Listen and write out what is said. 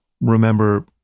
remember